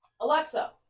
Alexa